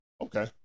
Okay